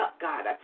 God